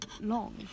long